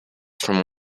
from